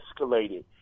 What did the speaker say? escalated